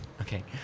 okay